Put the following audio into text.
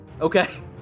Okay